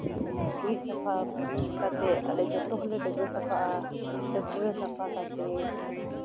ᱜᱩᱨᱤᱡ ᱥᱟᱯᱷᱟ ᱠᱟᱛᱮᱫ ᱟᱞᱮ ᱡᱚᱛᱚ ᱦᱚᱲᱞᱮ ᱰᱟᱹᱵᱽᱨᱟᱹ ᱥᱟᱯᱷᱟᱜᱼᱟ ᱰᱟᱹᱵᱽᱨᱟᱹ ᱥᱟᱯᱷᱟ ᱠᱟᱛᱮᱫ